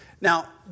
Now